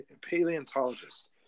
paleontologist